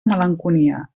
malenconia